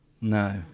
No